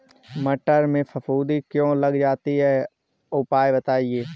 मटर में फफूंदी क्यो लग जाती है उपाय बताएं?